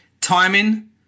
timing